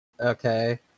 Okay